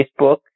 Facebook